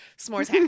S'mores